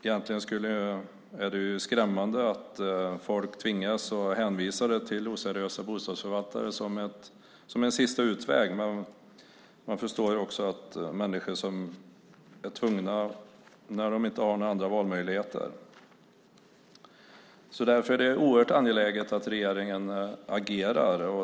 Egentligen är det skrämmande att folk tvingas till oseriösa bostadsförvaltare som en sista utväg. Man förstår också att människor är tvungna att göra det när de inte har några andra valmöjligheter. Därför är det oerhört angeläget att regeringen agerar.